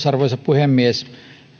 arvoisa puhemies